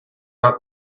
out